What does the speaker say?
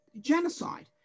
genocide